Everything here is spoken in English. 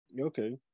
Okay